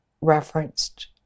referenced